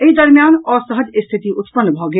एहि दरमियान असहज के स्थिति उत्पन्न भऽ गेल